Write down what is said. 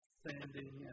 standing